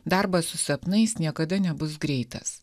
darbas su sapnais niekada nebus greitas